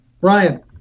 Ryan